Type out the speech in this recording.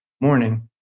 morning